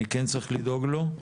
אני צריך לדאוג לו.